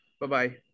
Bye-bye